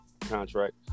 contract